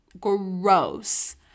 Gross